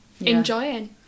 Enjoying